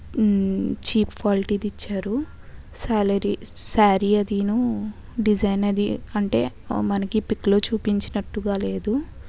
cheap క్వాలిటీది ఇచ్చారు salary sorry అదీను డిజైన్ అది అంటే మనకి పిక్ లో చూపించినట్టుగా లేదు